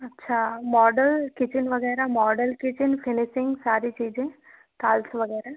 अच्छा हाँ model kitchen वग़ैरह मॉडल किचन फिनिसिंग सारी चीज़ें टाइल्स वग़ैरह